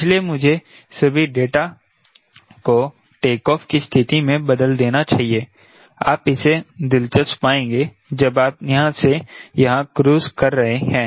इसीलिए मुझे सभी डेटा को टेक ऑफ की स्थिति में बदल देना चाहिए आप इसे दिलचस्प पाएंगे जब आप यहां से यहां क्रूज़ कर रहे हैं